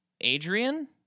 Adrian